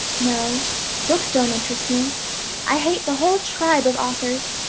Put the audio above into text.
no books don't interest me i hate the whole tribe of authors.